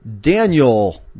Daniel